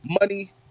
money